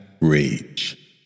rage